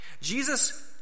Jesus